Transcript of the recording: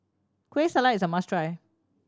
Kueh Salat is a must try